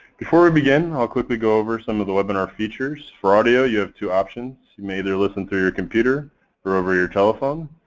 before we begin, i'll quickly go over some of the webinar features. for audio, you have two options. you may either listen through your computer over your telephone.